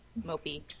Mopey